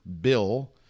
Bill